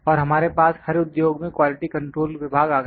और हमारे पास हर उद्योग में क्वालिटी कंट्रोल विभाग आ गया